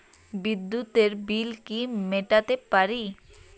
বিদ্যুতের বিল কি মেটাতে পারি?